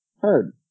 Heard